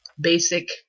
basic